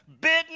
bitten